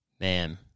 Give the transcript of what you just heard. Man